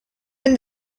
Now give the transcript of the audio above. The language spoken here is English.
been